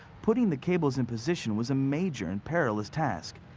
putting the cables in position was a major and perilous task.